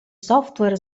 software